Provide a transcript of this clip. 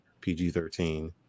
PG-13